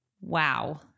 Wow